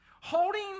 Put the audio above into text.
Holding